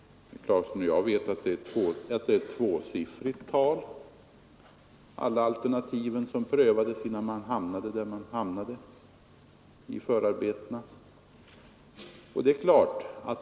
Och de alternativen, som alla prövades i förarbetena innan vi hamnade där vi till slut hamnade, uppgick till ett tvåsiffrigt tal.